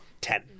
Ten